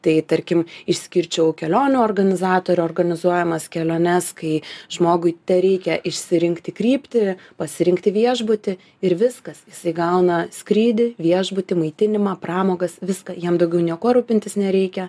tai tarkim išskirčiau kelionių organizatorių organizuojamas keliones kai žmogui tereikia išsirinkti kryptį pasirinkti viešbutį ir viskas jisai gauna skrydį viešbutį maitinimą pramogas viską jiem daugiau niekuo rūpintis nereikia